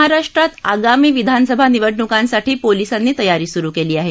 महाराष्ट्रात आगामी विधानसभा निवडणुकांसाठी पोलिसांनी तयारी सुरु केली आहे